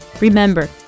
Remember